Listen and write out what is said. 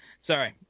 sorry